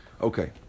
Okay